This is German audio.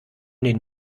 den